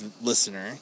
listener